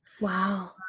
Wow